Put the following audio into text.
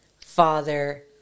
father